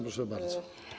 Proszę bardzo.